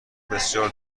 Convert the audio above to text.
بسیار